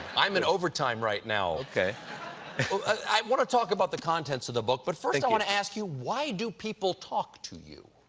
i'm in overtime right now. okay. stephen i want to talk about the contents of the book. but first, i want to ask you, why do people talk to you?